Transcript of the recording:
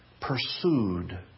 pursued